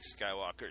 Skywalker